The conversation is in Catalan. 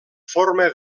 forma